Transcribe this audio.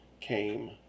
came